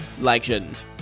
legend